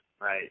right